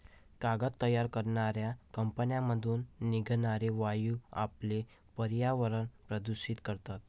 कागद तयार करणाऱ्या कंपन्यांमधून निघणारे वायू आपले पर्यावरण प्रदूषित करतात